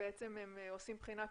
שהם עושים בחינה כזו.